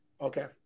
Okay